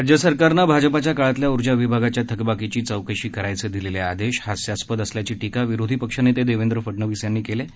राज्य सरकारने भाजपाच्या काळातल्या ऊर्जा विभागाच्या थकबाकीची चौकशी करायचे दिलेले आदेश हास्यास्पद असल्याची टीका विरोधीपक्षनेते देवेंद्र फडणवीस यांनी केली आहे